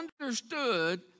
understood